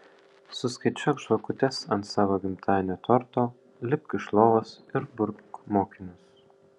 suskaičiuok žvakutes ant savo gimtadienio torto lipk iš lovos ir burk mokinius